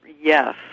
yes